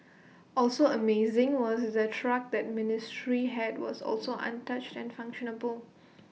also amazing was the truck the ministry had was also untouched and functional